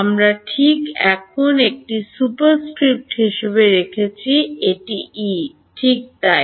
আমরা ঠিক এখন একটি সুপারস্ক্রিপ্ট হিসাবে রেখেছি এটি ই ঠিক তাই